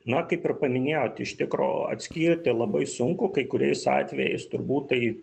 na kaip ir paminėjot iš tikro atskirti labai sunku kai kuriais atvejais turbūt tai